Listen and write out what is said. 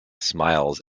smiles